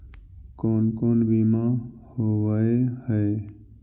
कोन कोन बिमा होवय है?